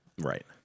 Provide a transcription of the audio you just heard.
Right